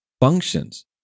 functions